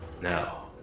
Now